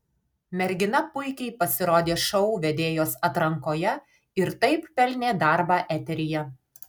mergina puikiai pasirodė šou vedėjos atrankoje ir taip pelnė darbą eteryje